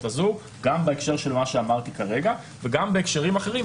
הזו גם בהקשר של מה שאמרתי כרגע וגם בהקשרים אחרים.